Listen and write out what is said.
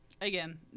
Again